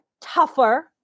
tougher